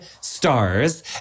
stars